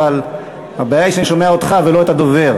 אבל הבעיה היא שאני שומע אותך ולא את הדובר.